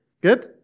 Good